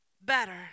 better